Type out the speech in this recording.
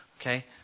okay